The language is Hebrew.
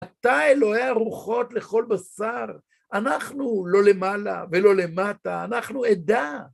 אתה אלוהי הרוחות לכל בשר, אנחנו לא למעלה ולא למטה, אנחנו עדה.